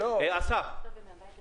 אסף יענה לך.